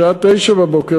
בשעה 09:00,